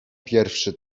pierwszy